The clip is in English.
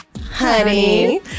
honey